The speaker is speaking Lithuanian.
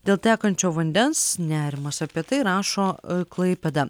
dėl tekančio vandens nerimas apie tai rašo klaipėda